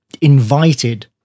invited